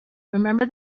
remember